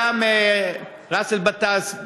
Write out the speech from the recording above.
גם באסל גטאס,